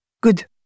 Good